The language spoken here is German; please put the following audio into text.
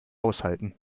aushalten